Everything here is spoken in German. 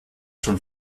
schon